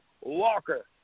Walker